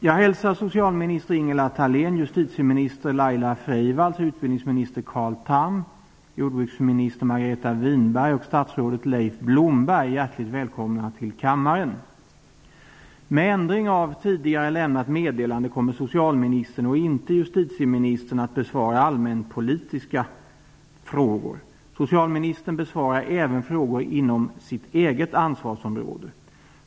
Jag hälsar socialminister Ingela Thalén, justitieminister Laila Freivalds, utbildningsminister Carl Tham, jordbruksminister Margareta Winberg och statsrådet Leif Blomberg hjärtligt välkomna till kammaren. Med ändring av tidigare lämnat meddelande kommer socialministern och inte justitieministern att besvara allmänpolitiska frågor. Socialministern besvarar även frågor inom sitt eget ansvarsområde.